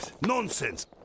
nonsense